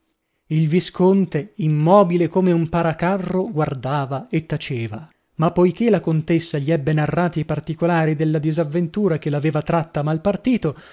il visconte immobile come un paracarro guardava e taceva ma poichè la contessa gli ebbe narrati i particolari della disavventura che l'aveva tratta al mal partito